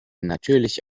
natürlich